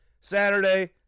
Saturday